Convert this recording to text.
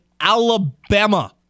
Alabama